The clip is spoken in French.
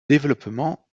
développement